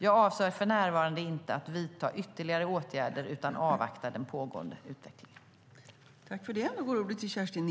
Jag avser för närvarande inte att vidta ytterligare åtgärder utan avvaktar den pågående utvecklingen.